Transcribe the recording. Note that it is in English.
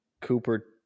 Cooper